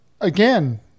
again